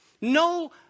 No